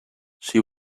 she